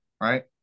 Right